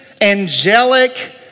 angelic